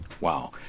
Wow